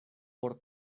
por